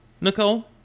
Nicole